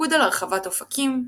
- מיקוד על הרחבת אופקים,